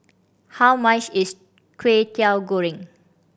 how much is Kway Teow Goreng